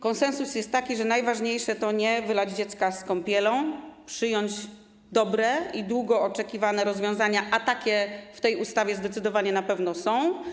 Konsensus jest taki, że najważniejsze to nie wylać dziecka z kąpielą i przyjąć dobre i długo oczekiwane rozwiązania, a takie w tej ustawie na pewno są.